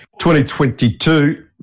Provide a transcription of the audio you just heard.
2022